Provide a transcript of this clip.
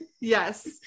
Yes